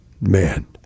man